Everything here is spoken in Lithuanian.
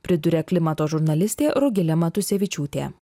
priduria klimato žurnalistė rugilė matusevičiūtė